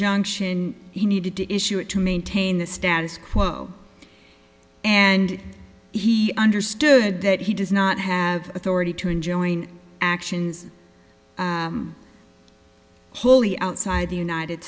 injunction he needed to issue it to maintain the status quo and he understood that he does not have authority to enjoin actions wholly outside the united